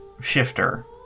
Shifter